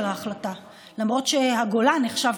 למרות שהגולן נחשב,